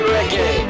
Reggae